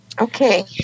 okay